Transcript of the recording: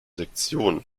sektion